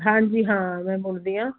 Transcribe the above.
ਹਾਂਜੀ ਹਾਂ ਮੈਂ ਬੁਣਦੀ ਹਾਂ